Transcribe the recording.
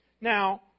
Now